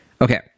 Okay